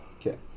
Okay